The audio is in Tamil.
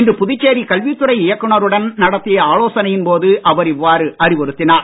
இன்று புதுச்சேரி கல்வித்துறை இயக்குனருடன் நடத்திய ஆலோசனையின் போது அவர் இவ்வாறு அறிவுறுத்தினார்